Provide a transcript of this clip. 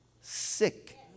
sick